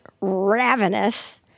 ravenous